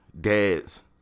dads